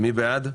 מי נגד?